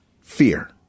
fear